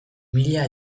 mila